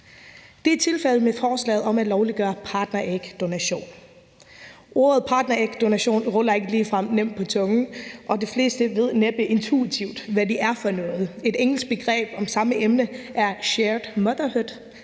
Det er tilfældet med forslaget om at lovliggøre partnerægdonation. Med ordet partnerægdonation slår man nemt knuder på tungen, og de fleste ved næppe intuitivt, hvad det er for noget. Et engelsk begreb om samme emne er shared motherhood,